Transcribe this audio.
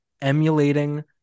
emulating